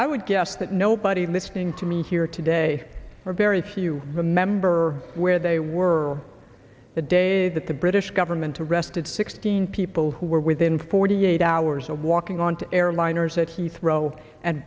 i would guess that nobody listening to me here today or very few remember where they were the day that the british government to arrested sixteen people who were within forty eight hours of walking on two airliners at heathrow and